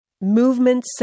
Movement